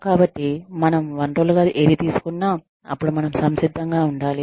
కాబట్టి మనం వనరులుగా ఏది తీసుకున్నా అప్పుడు మనం సంసిద్ధం గా ఉండాలి